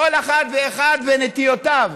כל אחת ואחד ונטיותיו,